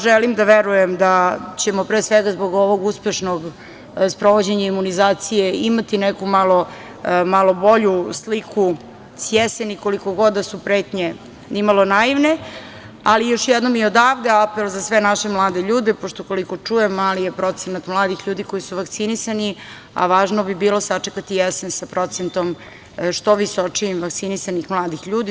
Želim da verujem da ćemo, pre svega zbog ovog uspešnog sprovođenja imunizacije, imati neku malo bolju sliku s jeseni, koliko god da su pretnje nimalo naivne, ali još jednom i odavde apel za sve naše mlade ljude, pošto, koliko čujem, mali je procenat mladih ljudi koji su vakcinisani, a važno bi bilo sačekati jesen sa procentom što visočijim vakcinisanih mladih ljudi.